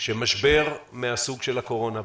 שהמשבר מהסוג של הקורונה,